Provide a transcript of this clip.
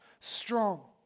strong